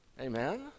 Amen